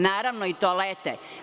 Naravno i toalete.